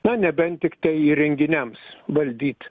na nebent tiktai įrenginiams valdyt